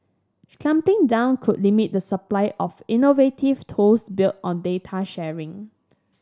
clamping down could limit the supply of innovative tools built on data sharing